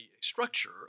structure